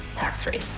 tax-free